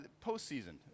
postseason